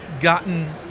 gotten